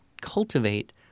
cultivate